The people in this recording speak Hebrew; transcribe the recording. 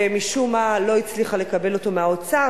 ומשום מה לא הצליחה לקבל אותו מהאוצר.